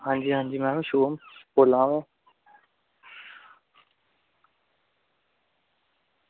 आं जी आं जी मैडम शुभम बोल्ला दा में